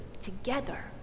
together